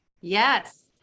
yes